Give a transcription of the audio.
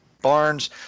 Barnes